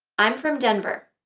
i'm from denver,